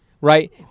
right